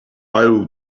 will